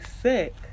sick